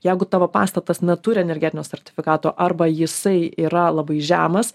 jeigu tavo pastatas neturi energetinio sertifikato arba jisai yra labai žemas